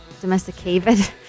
domesticated